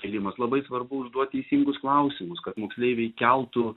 kėlimas labai svarbu užduot teisingus klausimus kad moksleiviai keltų